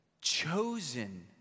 chosen